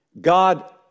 God